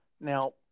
Now